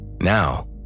Now